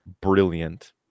Brilliant